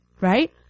right